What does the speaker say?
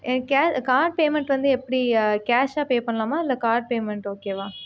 எனக்கு card payment வந்து எப்படி கேஷாக பே பண்ணலாமா இல்லை கார்ட் பேமெண்ட் ஓகே வா